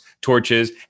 torches